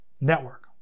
network